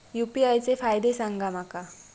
UPI चे फायदे सांगा माका?